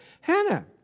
Hannah